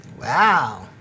Wow